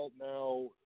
now